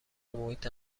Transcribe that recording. محیط